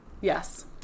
Yes